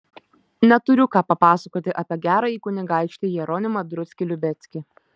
neturiu ką papasakoti apie gerąjį kunigaikštį jeronimą druckį liubeckį